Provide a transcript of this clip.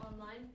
online